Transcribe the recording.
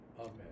Amen